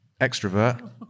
extrovert